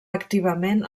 activament